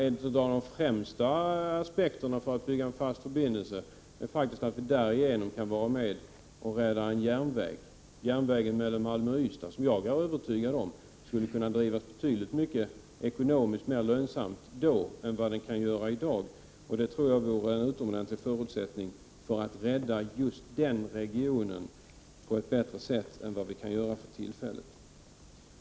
En av de främsta aspekterna på byggandet av en fast förbindelse är att vi därigenom kan vara med och rädda järnvägen mellan Malmö och Ystad. Jag är övertygad om att den skulle kunna drivas betydligt mera lönsamt då än vad som är möjligt i dag, och det tror jag vore en utomordentlig förutsättning för att stärka just den regionen på ett bättre sätt än vi kan göra för tillfället.